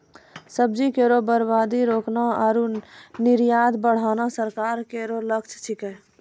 सब्जी केरो बर्बादी रोकना आरु निर्यात बढ़ाना सरकार केरो लक्ष्य छिकै